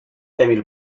emil